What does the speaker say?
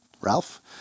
Ralph